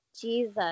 Jesus